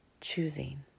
choosing